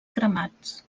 cremats